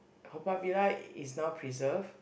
Haw-Par-Villa is now preserve